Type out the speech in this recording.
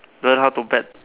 learn how to bet